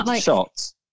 shots